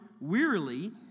wearily